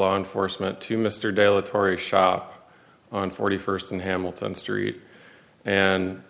law enforcement to mr dale atory shop on forty first and hamilton street and